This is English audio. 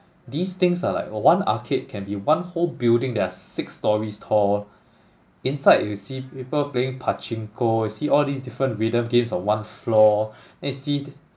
these things are like one arcade can be one whole building there are six storeys tall inside you see people playing pachinko you see all these different rhythm games on one floor then you see